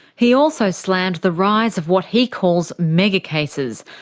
he also slammed the rise of what he calls mega cases,